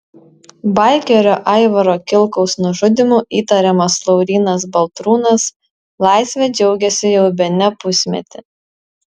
baikerio aivaro kilkaus nužudymu įtariamas laurynas baltrūnas laisve džiaugiasi jau bene pusmetį